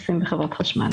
החשמל.